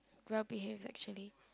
well behaved actually